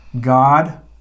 God